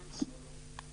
בבקשה.